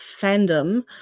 fandom